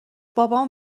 بابام